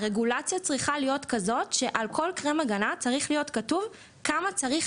הרגולציה צריכה להיות כזו שעל כל קרם הגנה צריך להיות כתוב כמה צריך